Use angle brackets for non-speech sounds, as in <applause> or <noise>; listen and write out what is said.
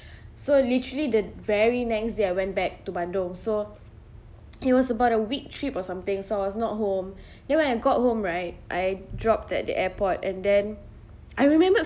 <breath> so literally the very next day I went back to bandung so it was about a week trip or something so I was not home then when I got home right I dropped at the airport and then I remembered